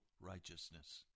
righteousness